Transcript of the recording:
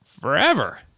forever